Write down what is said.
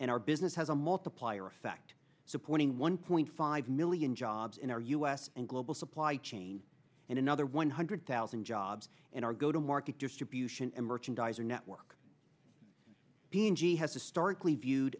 and our business has a multiplier effect supporting one point five million jobs in our u s and global supply chain and another one hundred thousand jobs in our go to market distribution and merchandise or network b m g has historically viewed